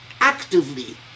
actively